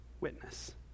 witness